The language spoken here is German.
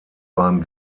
beim